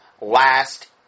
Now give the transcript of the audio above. last